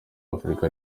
afurika